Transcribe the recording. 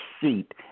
seat